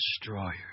destroyer